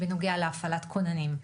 בנוגע להפעלת כוננים,